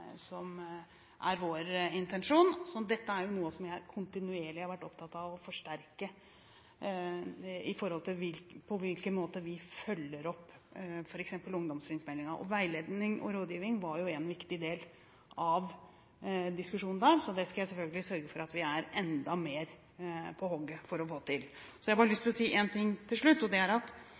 er vår intensjon. Dette er jo noe som jeg kontinuerlig har vært opptatt av å forsterke, på hvilken måte vi følger opp f.eks. ungdomstrinnsmeldingen. Veiledning og rådgivning var en viktig del av diskusjonen da, og jeg skal selvfølgelig sørge for at vi er enda mer på hugget for å få det til. Så har jeg bare lyst til å si en ting til slutt, og det er at